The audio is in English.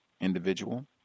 individual